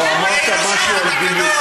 לא, אמרת משהו על גיליוטינה?